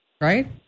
right